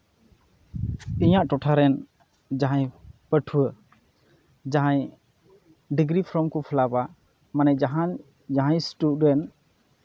ᱤᱧᱟᱹᱜ ᱴᱚᱴᱷᱟᱨᱮᱱ ᱡᱟᱦᱟᱸᱭ ᱯᱟᱹᱴᱷᱩᱣᱟᱹ ᱡᱟᱦᱟᱸᱭ ᱰᱤᱜᱽᱨᱤ ᱯᱷᱨᱚᱢ ᱮ ᱯᱷᱤᱞᱟᱯᱼᱟ ᱢᱟᱱᱮ ᱡᱟᱦᱟᱸᱭ ᱡᱟᱦᱟᱸᱭ ᱥᱴᱩᱰᱮᱱᱴ